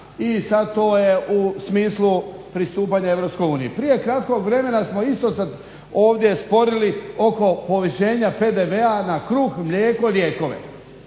i sad to je u smislu pristupanja EU. Prije kratkog vremena smo isto se ovdje sporili oko povišenja PDV-a na kruh, mlijeko, lijekove.